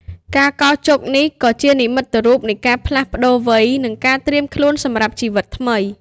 ការកោរជុកនេះក៏ជានិមិត្តរូបនៃការផ្លាស់ប្តូរវ័យ និងការត្រៀមខ្លួនសម្រាប់ជីវិតថ្មី។